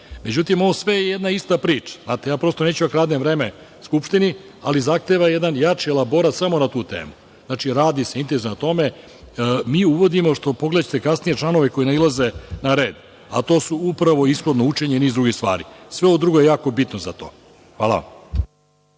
Međutim, ovo sve je jedna ista priča. Znate, ja prosto neću da kradem vreme Skupštini, ali zahteva jedan jači elaborat samo na tu temu. Znači, radi se intenzivno na tome. Mi uvodimo, pogledaćete kasnije članove koji nailaze, a to su upravo i shodno učenje i niz drugih stvari. Sve ovo drugo je jako bitno za to. Hvala.